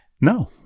No